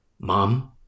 mom